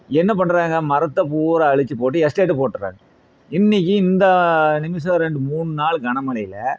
என்ன பண்ணுறாங்க மரத்தை பூரா அழிச்சிட்டு எஸ்டேட் போட்டுடறாங்க இன்றைக்கு இந்த நிமிடம் ரெண்டு மூணு நாள் கன மழையில்